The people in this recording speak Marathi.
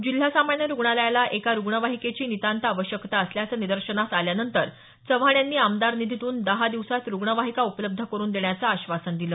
जिल्हा सामान्य रूग्णालयाला एका रूग्णवाहिकेची नितांत आवश्यकता असल्याचं निदर्शनास आल्यानंतर चव्हाण यांनी आमदार निधीतून दहा दिवसात रूग्णवाहिका उपलब्ध करुन देण्याच आश्वासन दिल